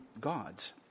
God's